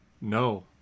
no